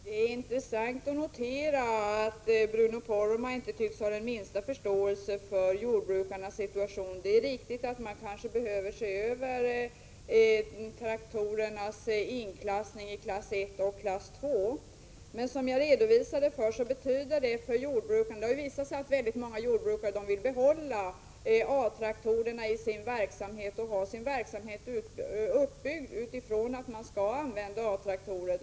Herr talman! Det var intressant att notera att Bruno Poromaa inte tycks ha den minsta förståelse för jordbrukarnas situation. Det är riktigt att man kanske behöver se över traktorernas inklassning i klass I och klass II. Som jag redovisade förut betyder det mycket för jordbrukarna. Det har visat sig att väldigt många jordbrukare vill behålla A-traktorer i sin verksamhet och har sin verksamhet uppbyggd under förutsättning att de kan använda A traktorer.